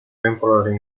temporary